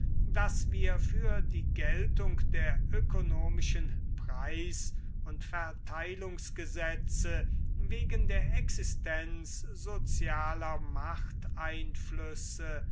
daß wir für die geltung der konomischen preis und verteilungsgesetze wegen der existenz sozialer